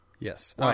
Yes